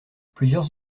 plusieurs